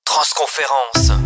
Transconférence